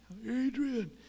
Adrian